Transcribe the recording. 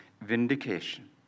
Vindication